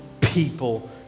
people